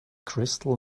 crystal